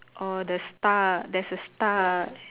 orh the star there's a star